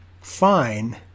fine